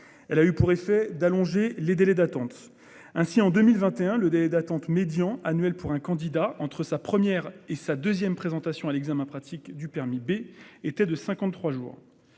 Elle a eu pour effet d'allonger les délais d'attente. Ainsi, en 2021, le délai d'attente médian pour un candidat entre sa première et sa deuxième présentation à l'examen pratique du permis B était de